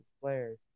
players